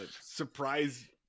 surprise